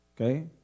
okay